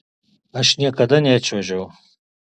aš niekada nečiuožiau